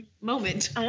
moment